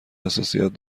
حساسیت